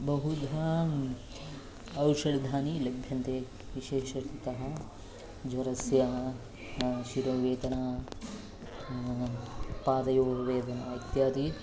बहुधा औषधानि लभ्यन्ते विशेषतः ज्वरस्य ह शिरोवेदना पादयोः वेदना इत्यादि